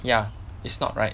ya it's not right